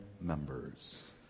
members